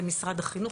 למשרד החינוך,